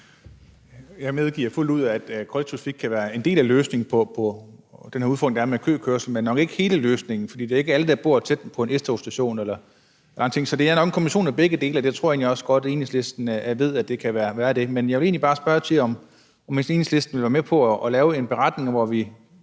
Jeg medgiver fuldt ud, at kollektiv trafik kan være en del af løsningen på den her udfordring med køkørsel, men nok ikke hele løsningen, for det er ikke alle, der bor tæt på en S-togsstation eller andre ting. Så det er nok en kombination af begge dele, og jeg tror egentlig også, at Enhedslisten godt ved, at det kan være det. Men jeg vil egentlig bare spørge, om Enhedslisten vil være med på at lave en beretning, hvor vi